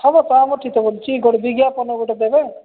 ହବ ତ ଆମଠିତ ବୋଲୁଛି ଗୋଟେ ବିଜ୍ଞାପନ ଗୋଟେ ଦେବା